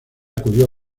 acudió